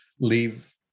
leave